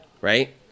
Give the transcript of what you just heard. right